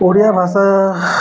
ଓଡ଼ିଆ ଭାଷା